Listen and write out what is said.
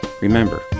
Remember